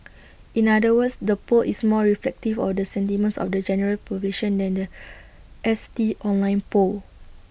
in other words the poll is more reflective of the sentiments of the general population than The S T online poll